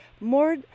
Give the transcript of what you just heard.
more